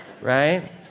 right